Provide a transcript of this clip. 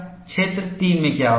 क्षेत्र 3 में क्या होता है